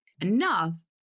enough